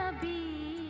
be